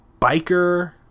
biker